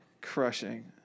Crushing